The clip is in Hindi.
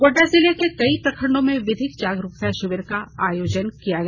गोड्डा जिले के कई प्रखंडों में विधिक जागरूकता शिविर का कल आयोजन किया गया